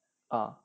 ah